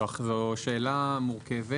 זו שאלה מורכבת.